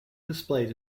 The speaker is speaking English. displayed